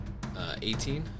18